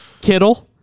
Kittle